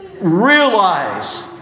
realize